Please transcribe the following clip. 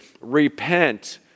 Repent